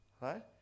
right